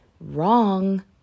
Wrong